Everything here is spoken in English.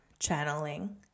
channeling